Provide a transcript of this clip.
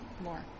More